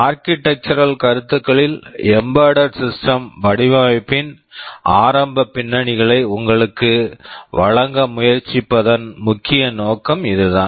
architectural architectural கருத்துக்களில் embedded systems embedded system வடிவமைப்பின் ஆரம்ப பின்னணிகளை உங்களுக்கு வழங்க முயற்சிப்பதன் முக்கிய நோக்கம் இதுதான்